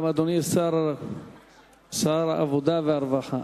גם אדוני שר העבודה והרווחה.